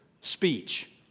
speech